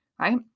Right